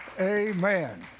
Amen